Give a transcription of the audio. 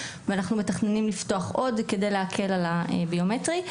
ואנחנו מתכננים לפתוח עוד כדי להקל על הביומטרי.